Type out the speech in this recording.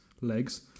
legs